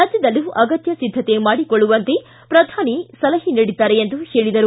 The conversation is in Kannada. ರಾಜ್ಯದಲ್ಲೂ ಅಗತ್ಯ ಸಿದ್ಧತೆ ಮಾಡಿಕೊಳ್ಳುವಂತೆ ಪ್ರಧಾನಮಂತ್ರಿ ಸಲಹೆ ನೀಡಿದ್ದಾರೆ ಎಂದು ಹೇಳಿದರು